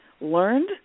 learned